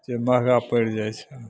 जे महगा पड़ि जाइ छै